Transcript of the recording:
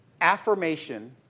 affirmation